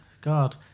God